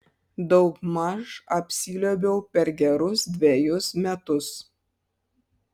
daugmaž apsiliuobiau per gerus dvejus metus